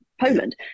Poland